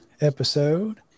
episode